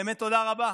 באמת תודה רבה.